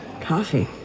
Coffee